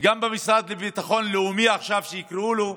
וגם במשרד לביטחון לאומי, שכך יקראו לו עכשיו,